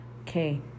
Okay